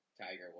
Tiger